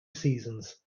seasons